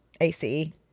AC